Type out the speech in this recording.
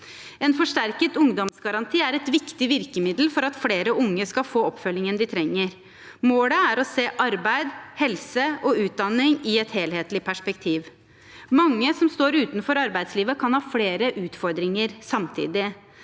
En forsterket ungdomsgaranti er et viktig virkemiddel for at flere unge skal få oppfølgingen de trenger. Målet er å se arbeid, helse og utdanning i et helhetlig perspektiv. Mange som står utenfor arbeidslivet, kan ha flere utfordringer samtidig.